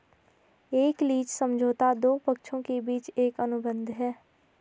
एक लीज समझौता दो पक्षों के बीच एक अनुबंध है